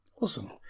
Awesome